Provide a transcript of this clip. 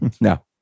No